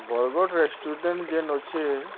Bargarh restaurant ଯେନ୍ ଅଛେ